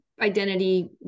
identity